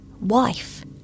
wife